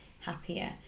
happier